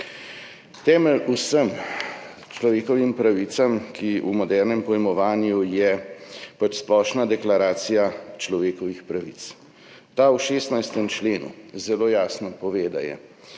Temelj vsem človekovim pravicam je v modernem pojmovanju Splošna deklaracija človekovih pravic. Ta v 16. členu zelo jasno pove, da je